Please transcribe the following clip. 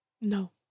No